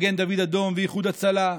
מגן דוד אדום ואיחוד הצלה,